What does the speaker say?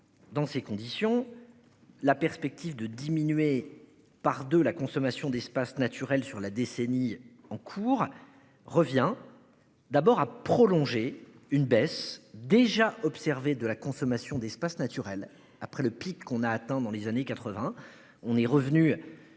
Dans ces conditions. La perspective de diminuer. Par 2 la consommation d'espaces naturels sur la décennie en cours revient. D'abord à prolonger une baisse déjà observé de la consommation d'espaces naturels après le pic qu'on a atteint dans les années 80,